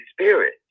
Spirit